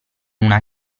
una